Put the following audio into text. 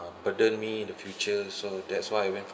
burden me in the future so that's why I went for